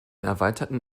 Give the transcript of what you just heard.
erweiterten